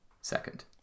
second